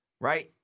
right